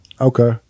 Okay